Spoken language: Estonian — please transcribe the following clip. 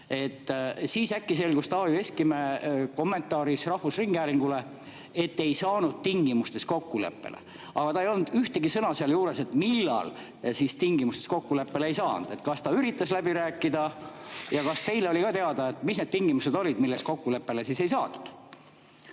Siis aga äkki selgus Taavi Veskimäe kommentaarist rahvusringhäälingule, et tingimustes ei saadud kokkuleppele. Aga ta ei öelnud ühtegi sõna sealjuures, millal tingimustes kokkuleppele ei saadud. Kas ta üritas läbi rääkida? Kas teile oli ka teada, mis need tingimused olid, milles kokkuleppele ei saadud?